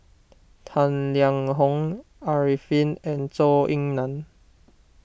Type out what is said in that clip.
Tang Liang Hong Arifin and Zhou Ying Nan